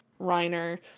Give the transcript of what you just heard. Reiner